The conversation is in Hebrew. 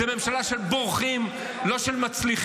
זו ממשלה של בורחים, לא של מצליחים.